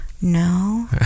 no